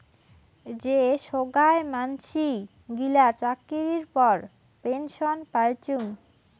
যে সোগায় মানসি গিলা চাকরির পর পেনসন পাইচুঙ